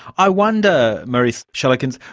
i wonder, maurice schellekens,